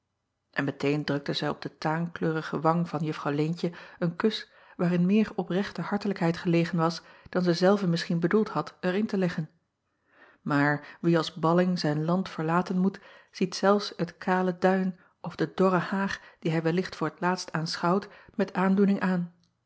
n meteen drukte zij op de taankleurige wang van uffw eentje een kus waarin meer oprechte hartelijkheid gelegen was dan zij zelve misschien bedoeld had er in te leggen aar wie als balling zijn land verlaten moet ziet zelfs het kale duin of de dorre haag die hij wellicht voor t laatst aanschouwt met aandoening aan